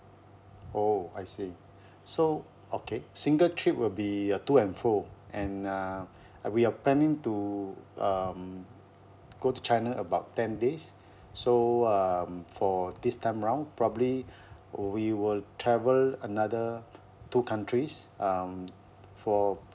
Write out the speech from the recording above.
oh I see so okay single trip will be a to and fro and uh we are planning to um go to china about ten days so um for this time round probably we will travel another two countries um for